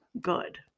good